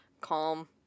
calm